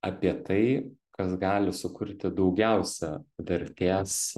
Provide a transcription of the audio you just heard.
apie tai kas gali sukurti daugiausia vertės